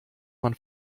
man